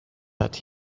that